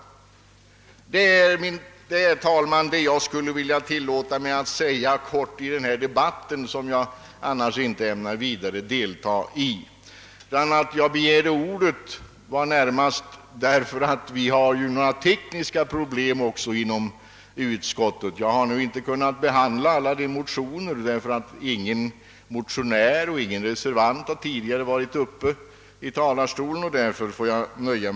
Det är detta jag vill framhålla i denna debatt, som jag annars inte ämnar vidare deltaga i. Anledningen till att jag begärde ordet var närmast att vi har några tekniska problem också i utskottet. Jag kan inte behandla alla motionerna därför att ingen motionär eller reservant tidigare varit uppe i talarstolen. Därför får jag nöja.